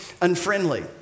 unfriendly